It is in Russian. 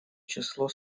число